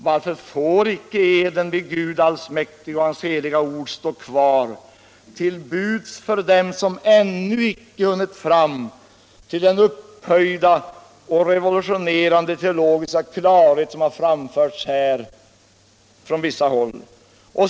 Varför får inte eden ”Vid Gud Allsmäktig och hans heliga ord” stå kvar till buds för dem som ännu inte hunnit fram till den upphöjda och revolutionerande teologiska klarhet som framförts här från vissa håll?